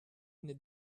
the